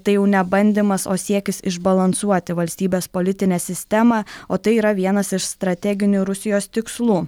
tai jau ne bandymas o siekis išbalansuoti valstybės politinę sistemą o tai yra vienas iš strateginių rusijos tikslų